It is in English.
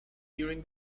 during